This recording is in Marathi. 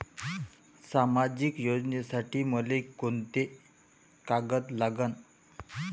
सामाजिक योजनेसाठी मले कोंते कागद लागन?